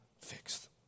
fixed